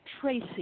Tracy